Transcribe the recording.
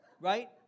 right